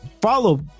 follow